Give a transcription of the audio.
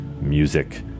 music